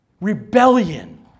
rebellion